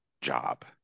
job